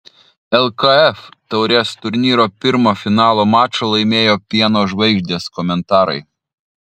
lkf taurės turnyro pirmą finalo mačą laimėjo pieno žvaigždės komentarai